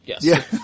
Yes